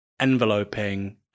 enveloping